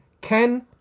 Ken